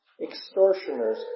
Extortioners